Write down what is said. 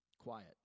Quiet